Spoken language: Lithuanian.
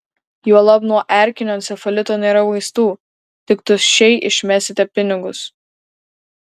juolab nuo erkinio encefalito nėra vaistų tik tuščiai išmesite pinigus